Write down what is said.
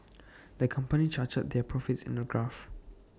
the company charted their profits in A graph